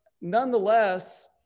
nonetheless